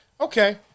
Okay